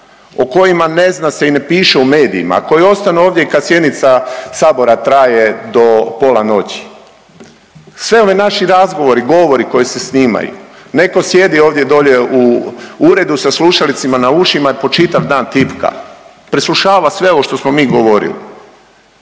o kojima ne zna se i ne piše u medijima, a koji ostanu ovdje i kad sjednica traje do pola noći. Sve ovi naši razgovori, govori koji se snimaju netko sjedi ovdje dolje u uredu sa slušalicama na ušima i po čitav dan tipka, preslušava sve ovo što smo mi govorili.